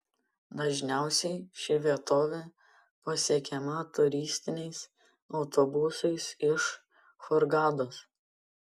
dažniausiai ši vietovė pasiekiama turistiniais autobusais iš hurgados